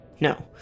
No